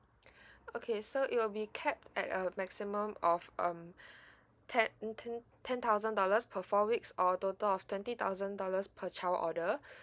okay so it will be capped at a maximum of um ten ten ten thousand dollars per four weeks or a total of twenty thousand dollars per child order